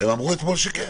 הם אמרו אתמול שכן.